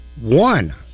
one